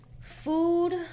Food